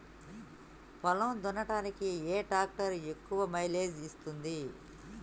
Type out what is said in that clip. పొలం దున్నడానికి ఏ ట్రాక్టర్ ఎక్కువ మైలేజ్ ఇస్తుంది?